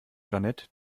jeanette